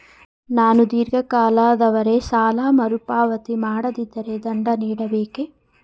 ನಾನು ಧೀರ್ಘ ಕಾಲದವರೆ ಸಾಲ ಮರುಪಾವತಿ ಮಾಡದಿದ್ದರೆ ದಂಡ ನೀಡಬೇಕೇ?